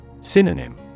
Synonym